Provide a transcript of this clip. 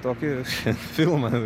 tokį filmą